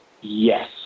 yes